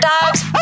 dogs